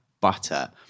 butter